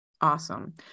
awesome